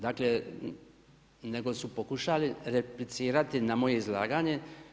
Dakle, nego su pokušali replicirati na moje izlaganje.